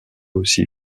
aussi